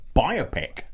biopic